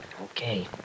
Okay